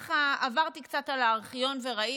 עברתי קצת על הארכיון וראיתי,